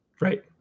right